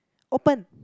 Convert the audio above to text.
open